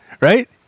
Right